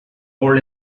hold